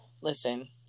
Listen